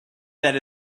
that